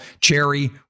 cherry